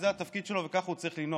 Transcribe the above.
התפקיד שלו וכך הוא צריך לנהוג.